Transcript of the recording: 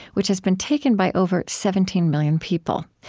which has been taken by over seventeen million people.